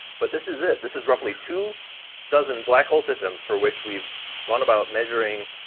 but this is it, this is roughly two dozen black hole systems for which we've gone about measuring,